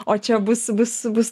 o čia bus bus bus